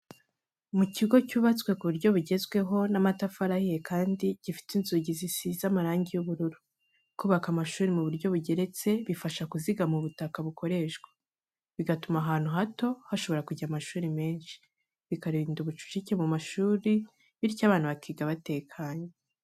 Mu kigo cyubatswe ku buryo bugezweho n'amatafari ahiye kandi gifite inzugi zisize amarangi y'ubururu. Kubaka amashuri mu buryo bugeretse bifasha kuzigama ubutaka bukoreshwa, bigatuma ahantu hato hashobora kujya amashuri menshi, bikarinda ubucucike mu mashuri bityo abana bakiga batekanye.